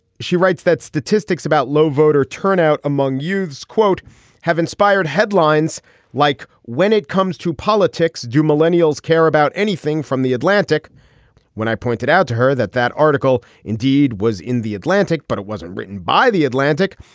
she writes that statistics about low voter turnout among youths quote have inspired headlines like when it comes to politics. do millennials care about anything from the atlantic when i pointed out to her that that article indeed was in the atlantic. but it wasn't written by the atlantic.